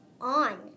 on